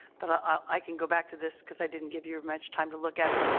but ah i can go back to this because i didn't give you much time to look at it.